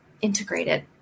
integrated